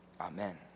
Amen